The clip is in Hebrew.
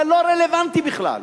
זה לא רלוונטי בכלל.